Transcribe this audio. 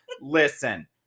listen